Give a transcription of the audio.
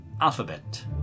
alphabet